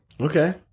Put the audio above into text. Okay